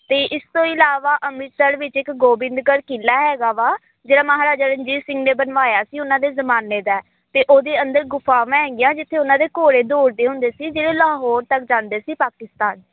ਅਤੇ ਇਸ ਤੋਂ ਇਲਾਵਾ ਅੰਮ੍ਰਿਤਸਰ ਵਿੱਚ ਇੱਕ ਗੋਬਿੰਦਗੜ੍ਹ ਕਿਲ੍ਹਾ ਹੈਗਾ ਵਾ ਜਿਹੜਾ ਮਹਾਰਾਜਾ ਰਣਜੀਤ ਸਿੰਘ ਨੇ ਬਣਵਾਇਆ ਸੀ ਉਹਨਾਂ ਦੇ ਜ਼ਮਾਨੇ ਦਾ ਅਤੇ ਉਹਦੇ ਅੰਦਰ ਗੁਫਾਵਾਂ ਹੈਗੀਆਂ ਜਿੱਥੇ ਉਹਨਾਂ ਦੇ ਘੋੜੇ ਦੋੜਦੇ ਹੁੰਦੇ ਸੀ ਜਿਹੜੇ ਲਾਹੌਰ ਤੱਕ ਜਾਂਦੇ ਸੀ ਪਾਕਿਸਤਾਨ